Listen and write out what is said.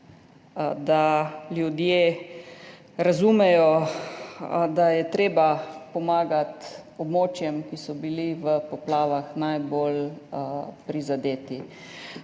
da ljudje razumejo, da je treba pomagati območjem, ki so bila v poplavah najbolj prizadeta.